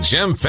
Jim